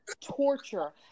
torture